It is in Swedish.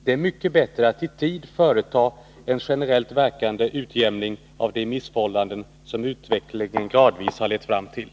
Det är mycket bättre att i tid företa en generellt verkande utjämning av de missförhållanden som utvecklingen gradvis har lett fram till.